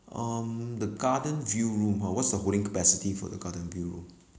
um the garden view room uh what's the holding capacity for the garden view room